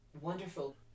Wonderful